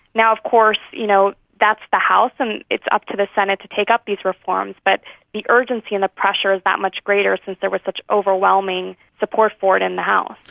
of course you know that's the house and it's up to the senate to take up these reforms, but the urgency and the pressure is that much greater since there was such overwhelming support for it in the house.